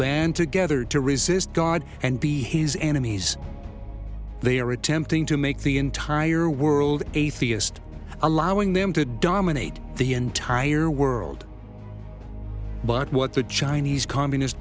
band together to resist god and be his enemies they are attempting to make the entire world atheist allowing them to dominate the entire world but what the chinese communist